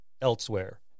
elsewhere